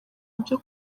ibyo